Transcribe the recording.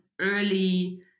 early